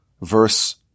verse